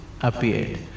appeared